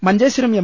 Manjeshwaram M